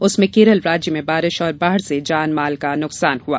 उसमें केरल राज्य में बारिश और बाढ़ से जान माल का नुकसान हुआ